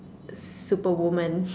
superwoman